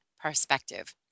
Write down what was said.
perspective